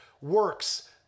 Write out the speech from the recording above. works